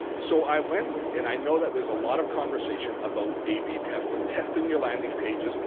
so i went and i know that there's a lot of conversation about a b testing, testing your landing pages,